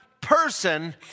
person